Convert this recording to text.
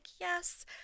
Yes